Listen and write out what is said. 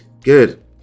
good